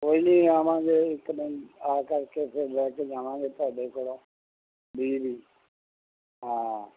ਕੋਈ ਨਹੀਂ ਆਵਾਂਗੇ ਇੱਕ ਦਿਨ ਤਾਂ ਕਰਕੇ ਫਿਰ ਲੈ ਕੇ ਜਾਵਾਂਗੇ ਤੁਹਾਡੇ ਕੋਲੋਂ ਬੀਜ ਹਾਂ